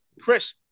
Chris